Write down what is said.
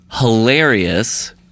hilarious